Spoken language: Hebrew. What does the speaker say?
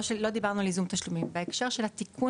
לא דיברנו על ייזום תשלומים בהקשר של התיקון